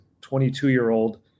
22-year-old